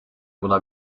buna